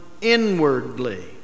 inwardly